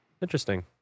Interesting